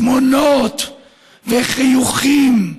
תמונות וחיוכים,